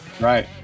Right